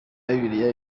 bibiliya